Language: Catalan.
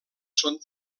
són